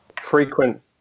frequent